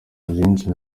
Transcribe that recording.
byinshi